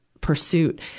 pursuit